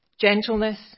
gentleness